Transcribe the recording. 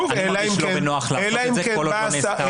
אני מרגיש לא בנוח לעשות את זה כל עוד לא נעשתה עבודת מטה.